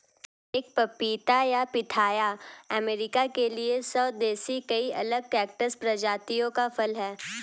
एक पपीता या पिथाया अमेरिका के लिए स्वदेशी कई अलग कैक्टस प्रजातियों का फल है